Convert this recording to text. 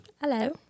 Hello